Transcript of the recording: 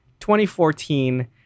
2014